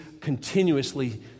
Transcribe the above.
continuously